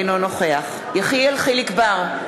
אינו נוכח יחיאל חיליק בר,